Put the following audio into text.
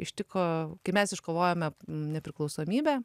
ištiko kai mes iškovojome nepriklausomybę